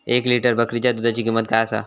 एक लिटर बकरीच्या दुधाची किंमत काय आसा?